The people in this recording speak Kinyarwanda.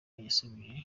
yasubije